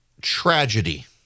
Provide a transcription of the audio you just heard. tragedy